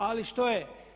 Ali što je?